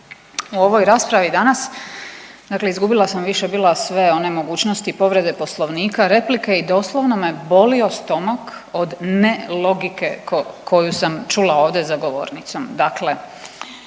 u ovoj raspravi danas, dakle izgubila sam više bila sve one mogućnosti povrede Poslovnika, replike i doslovno me bolio stomak od nelogike koju sam čula ovdje za govornicom.